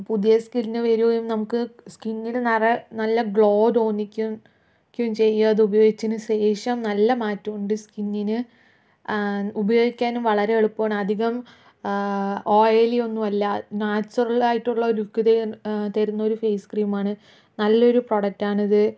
പുതിയ സ്കിന്നു വരുകയും നമുക്ക് സ്കിന്നിൽ നിറയെ നല്ല ഗ്ലോ തോന്നിക്കുകയും ചെയ്യും അതുപയോഗിച്ചതിനു സേ ശേഷം നല്ല മാറ്റമുണ്ട് സ്കിന്നിന് ഉപയോഗിക്കാനും വളരെ എളുപ്പമാണ് അധികം ഓയിലി ഒന്നും അല്ല നാച്ചുറൽ ആയിട്ടുള്ള ഒരു ലുക്ക് ത തരുന്നൊരു ഫേസ് ക്രീമാണ് നല്ലൊരു പ്രൊഡക്റ്റാണിത്